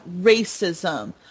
racism